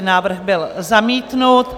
Návrh byl zamítnut.